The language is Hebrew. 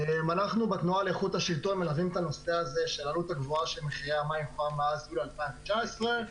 אנחנו בתנועה לאיכות השלטון מלווים את הנושא כבר מאז יולי 2019,